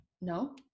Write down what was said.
no